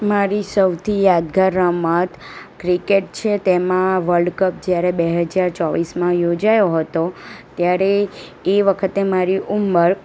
મારી સૌથી યાદગાર રમત ક્રિકેટ છે તેમાં વલ્ડકપ જ્યારે બે હજાર ચોવીસમાં યોજાયો હતો ત્યારે એ વખતે મારી ઉંમર